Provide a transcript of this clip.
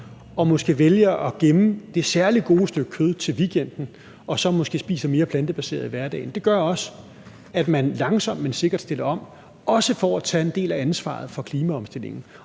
og måske vælger at gemme det særlig gode stykke kød til weekenden og så måske spiser mere plantebaseret i hverdagen, gør det også, at man langsomt, men sikkert stiller om, også for at tage en del af ansvaret for klimaomstillingen.